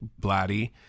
Blatty